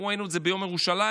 אנחנו ראינו את זה ביום ירושלים,